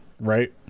right